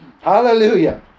Hallelujah